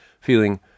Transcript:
feeling